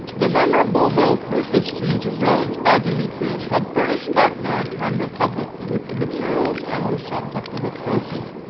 the memorable though fruitless siege of rhodes by demetrius had furnished that maritime republic with the materials and the subject of a trophy.